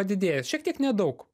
padidėjęs šiek tiek nedaug